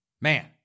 man